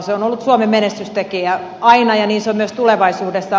se on ollut suomen menestystekijä aina ja niin se on myös tulevaisuudessa